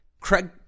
Craig